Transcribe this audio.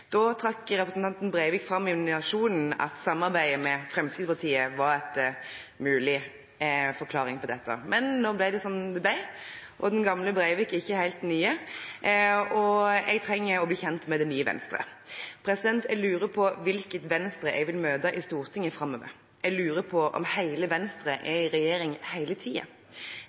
Da trakk representanten Breivik fram i Nationen at samarbeidet med Fremskrittspartiet var en mulig forklaring på dette. Men nå ble det som det ble, og den gamle Breivik er ikke helt som den nye, og jeg trenger å bli kjent med det nye Venstre. Jeg lurer på hvilket Venstre jeg vil møte i Stortinget framover – jeg lurer på om hele Venstre er i regjering hele